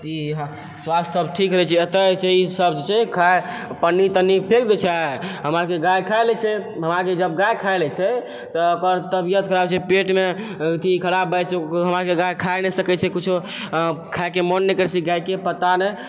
ई स्वास्थ्य सब ठीक रहै छै अतऽ सब छइ खाए पन्नी तन्नी सब फेक देइ छइ हमरा आरके गाय खाए लए छओ हालाँकि जब गाय खाय लेइ छइ तऽ ओकर तबियत खराब हो जाइ छै पेटमे अथी खराब भए जाइ छइ हमर आरके गाय खाए नइ सकइ छै कुछो खायके मन नहि करै छइ गायके पता नहि